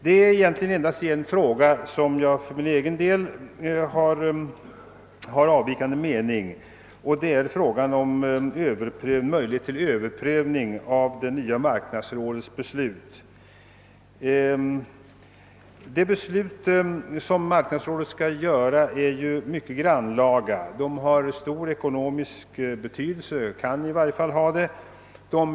Det är egentligen endast beträffande en fråga som jag för min del har en avvikande mening, nämligen frågan om omprövning av det nya marknadsrådets beslut. De beslut som marknadsrådet skall fatta är mycket grannlaga. De har stor ekonomisk betydelse — i varje fall kan de ha det.